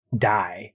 die